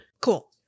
Cool